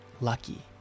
lucky